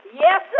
Yes